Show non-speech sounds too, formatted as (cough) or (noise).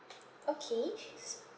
okay (noise)